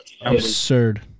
absurd